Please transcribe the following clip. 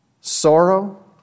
sorrow